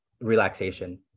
relaxation